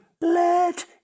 Let